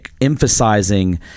emphasizing